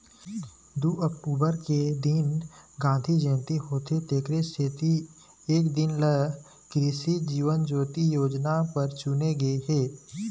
दू अक्टूबर के दिन गांधी जयंती होथे तेखरे सेती ए दिन ल कृसि जीवन ज्योति योजना बर चुने गिस हे